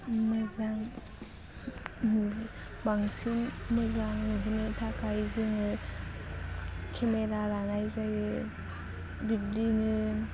मोजां नुयो बांसिन मोजां नुहोनो थाखाय जोङो केमेरा लानाय जायो बिब्दिनो